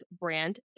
brand